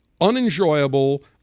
unenjoyable